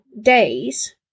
days